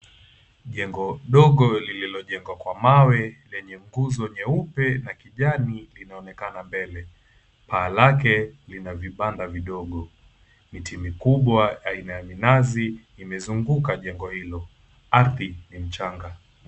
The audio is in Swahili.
Jengo dogo lililojengwa kwa mawe lenye nguzo nyeupe na kijani linaonekana mbele. Paa lake lina vibanda vidogo. Miti mikubwa aina ya minazi zimezinguka jengo hilo. Ardhi ni mchanga.